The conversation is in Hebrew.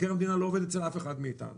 מבקר המדינה לא עובד אצל אף אחד מאיתנו.